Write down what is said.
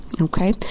okay